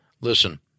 Listen